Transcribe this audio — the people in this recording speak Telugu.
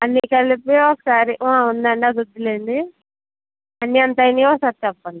అన్నీ కలిపి ఒకసారి ఆ ఉందండి అది వద్దులేండి అన్ని ఎంత అయ్యాయో ఒకసారి చెప్పండి